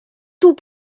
tout